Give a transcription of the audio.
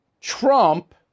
Trump